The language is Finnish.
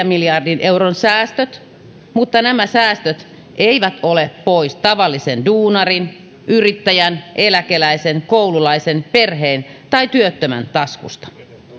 miljardin euron säästöt mutta nämä säästöt eivät ole pois tavallisen duunarin yrittäjän eläkeläisen koululaisen perheen tai työttömän taskusta